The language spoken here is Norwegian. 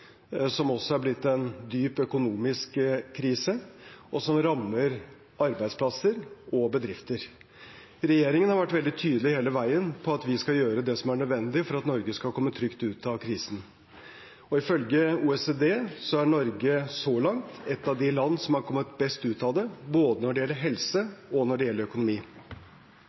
som også er blitt en dyp økonomisk krise, og som rammer arbeidsplasser og bedrifter. Regjeringen har vært veldig tydelig hele veien på at vi skal gjøre det som er nødvendig for at Norge skal komme trygt ut av krisen. Ifølge OECD er Norge så langt et av de landene som har kommet best ut av det, både når det gjelder helse og når det gjelder økonomi.